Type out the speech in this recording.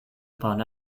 upon